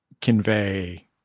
convey